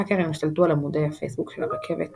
האקרים השתלטו על עמודי הפייסבוק של רכבת ישראל,